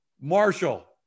Marshall